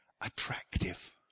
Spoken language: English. attractive